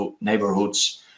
neighborhoods